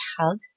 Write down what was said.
hug